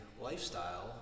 lifestyle